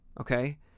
Okay